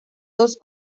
dos